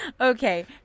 Okay